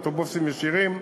אוטובוסים ישירים.